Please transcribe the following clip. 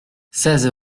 seize